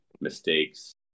mistakes